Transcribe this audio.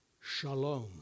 shalom